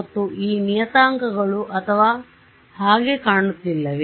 ಮತ್ತು ಈ ನಿಯತಾಂಕಗಳು ಅಥವಾ ಹಾಗೆ ಕಾಣುತ್ತಿಲ್ಲವೇ